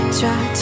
try